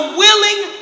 willing